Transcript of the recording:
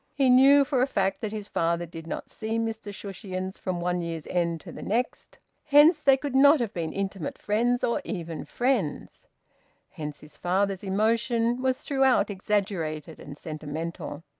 he knew for a fact that his father did not see mr shushions from one year's end to the next hence they could not have been intimate friends, or even friends hence his father's emotion was throughout exaggerated and sentimental.